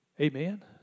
Amen